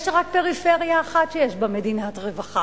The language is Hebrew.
יש רק פריפריה אחת שיש בה מדינת רווחה,